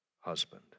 husband